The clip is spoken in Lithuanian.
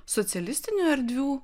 socialistinių erdvių